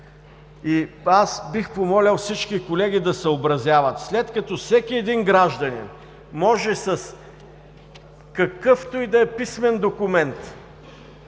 Бих помолил всички колеги да съобразяват – след като всеки гражданин може с какъвто и да е писмен документ,